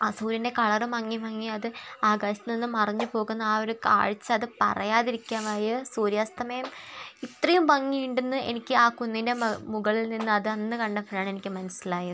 ആ സൂര്യൻ്റെ കളർ മങ്ങി മങ്ങി അത് ആകാശത്ത് നിന്ന് മറഞ്ഞു പോകുന്ന ആ ഒരു കാഴ്ച അത് പറയാതിരിക്കാൻ വയ്യ സൂര്യാസ്തമയം ഇത്രയും ഭംഗി ഉണ്ടെന്ന് എനിക്ക് ആ കുന്നിൻ്റെ മെക മുകളിൽ നിന്ന് അത് അന്ന് കണ്ടപ്പോഴാണ് എനിക്ക് മനസ്സിലായത്